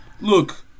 look